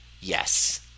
yes